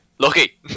lucky